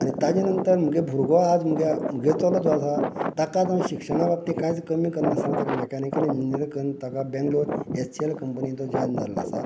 आनी ताजे नंतर मुगे भुरगो आयज म्हगे चलो जो आसा ताका शिक्षणां बाबतींत कांयच कमी करना आसताना ताका मेकेनिकल इंन्जिनिअरिंग करून ताका बेंगलोर एच सी एल कंपनीक हातूंक जॉयन जाल्लो आसा